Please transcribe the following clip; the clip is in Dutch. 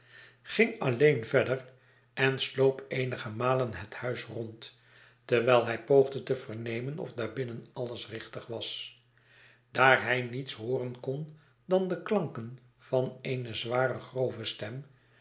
ging alleen verder'en sloop eenige malen het huis rond terwijl hij poogde te vernemen of daarbinnen alles richtig was daar hij niets hooren kon dan de klanken van eene zware grove stem